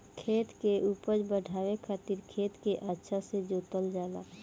खेत के उपज बढ़ावे खातिर खेत के अच्छा से जोतल जाला